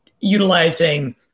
utilizing